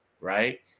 right